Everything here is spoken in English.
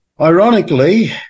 Ironically